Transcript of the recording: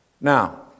now